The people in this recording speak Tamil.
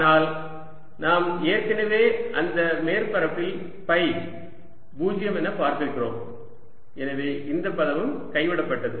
ஆனால் நாம் ஏற்கனவே அந்த மேற்பரப்பில் ஃபை 0 என பார்த்திருக்கிறோம் எனவே இந்த பதமும் கைவிடப்பட்டது